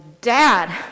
dad